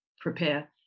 prepare